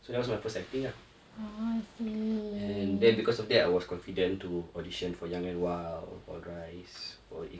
so that was my first acting ah and then because of that I was confident to audition for young and wild for rice for ig~